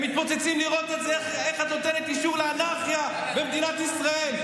הם מתפוצצים לראות איך את נותנת אישור לאנרכיה במדינת ישראל.